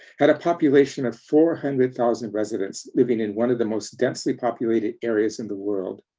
had a population of four hundred thousand residents living in one of the most densely populated areas in the world.